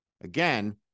again